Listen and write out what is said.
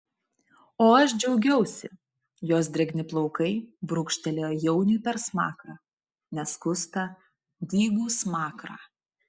o aš džiaugiausi jos drėgni plaukai brūkštelėjo jauniui per smakrą neskustą dygų smakrą